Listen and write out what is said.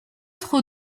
trop